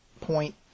point